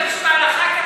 יש דברים שבהלכה כתוב,